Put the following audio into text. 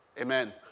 Amen